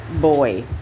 boy